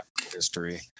history